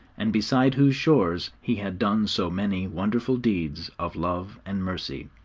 and beside whose shores he had done so many wonderful deeds of love and mercy.